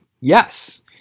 yes